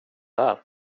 här